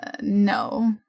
No